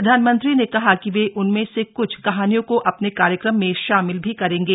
प्रधानमंत्री ने कहा कि वे उनमें से कुछ कहानियों को अपने कार्यक्रम में शामिल भी करेंगे